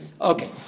Okay